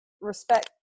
respect